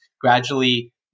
gradually